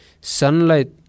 Sunlight